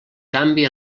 canvi